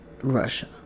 Russia